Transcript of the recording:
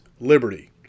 liberty